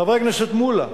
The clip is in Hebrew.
חבר הכנסת מולה,